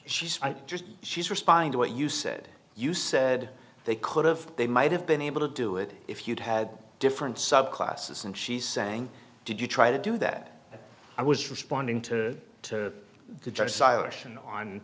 she's just she's responding to what you said you said they could have they might have been able to do it if you'd had different subclasses and she's saying did you try to do that i was responding to the judge